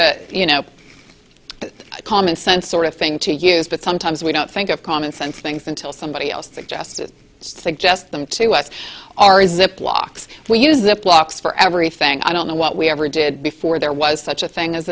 a you know common sense sort of thing to use but sometimes we don't think of common sense things until somebody else suggests suggest them to us are is it locks we use the clocks for everything i don't know what we ever did before there was such a thing as